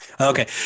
Okay